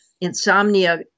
insomnia